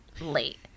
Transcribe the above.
late